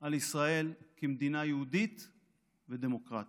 על ישראל כמדינה יהודית ודמוקרטית.